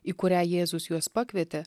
į kurią jėzus juos pakvietė